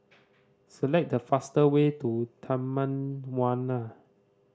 select the fast way to Taman Warna